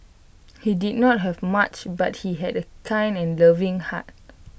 he did not have much but he had A kind and loving heart